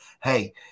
Hey